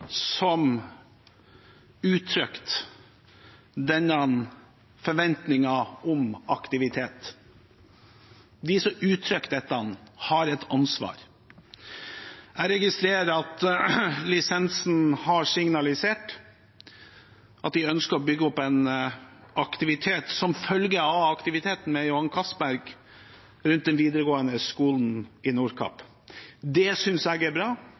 som uttrykte denne forventningen om aktivitet, og de som uttrykte dette, har et ansvar. Jeg registrerer at lisenshaver har signalisert at de ønsker å bygge opp en aktivitet som følge av aktiviteten ved Johan Castberg rundt den videregående skolen i Nordkapp. Det synes jeg er bra,